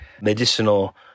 medicinal